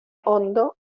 hondo